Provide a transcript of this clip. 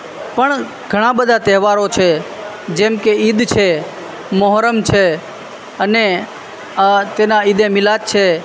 પણ ઘણા બધા તહેવારો છે જેમકે ઈદ છે મોહર્રમ છે અને તેના ઈદે મિલાદ છે